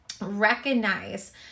recognize